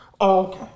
okay